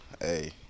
Hey